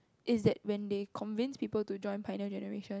is that when they convince people to join pioneer-generation